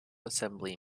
assembly